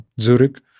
Zurich